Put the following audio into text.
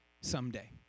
someday